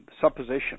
supposition